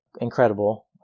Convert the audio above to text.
incredible